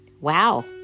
wow